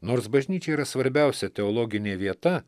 nors bažnyčia yra svarbiausia teologinė vieta